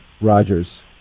Rogers